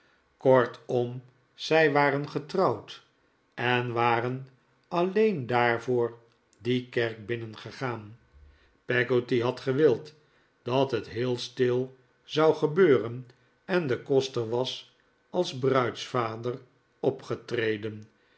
kortom zij waren getrouwd en waren alleen daarvoor die kerk binnengegaan peggotty had gewild dat het heel stil zou gebeuren en de koster was als bruidsvader opgetreden